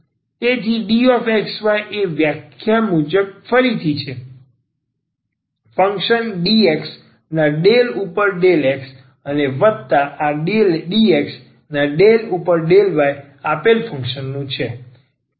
તેથી dxy એ વ્યાખ્યા મુજબ ફરીથી છે ફંક્શન dx ના del ઉપર del x અને વત્તા આ dx ના del ઉપર del y આપેલ ફંકશનનું છે